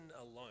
alone